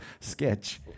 sketch